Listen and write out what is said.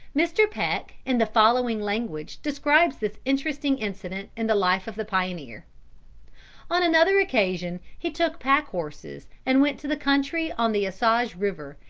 mr. peck in the following language describes this interesting incident in the life of the pioneer on another occasion he took pack-horses and went to the country on the osage river,